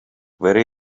very